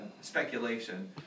speculation